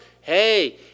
Hey